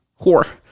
Whore